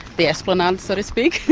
the esplanade, so to speak.